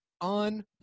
on